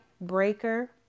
Breaker